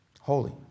Holy